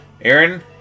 Aaron